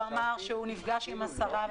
הוא אמר שהוא נפגש עם השרה.